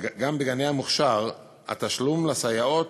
גם בגני המוכש"ר התשלום לסייעות